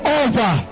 over